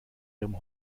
ihrem